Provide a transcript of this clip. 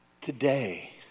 today